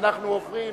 ואנחנו עוברים